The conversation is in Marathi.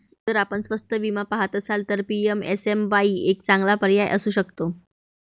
जर आपण स्वस्त विमा पहात असाल तर पी.एम.एस.एम.वाई एक चांगला पर्याय असू शकतो